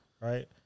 right